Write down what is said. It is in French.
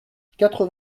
quatre